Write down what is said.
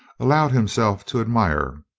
allowed himself to admire.